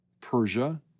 Persia